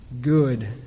good